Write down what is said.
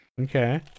Okay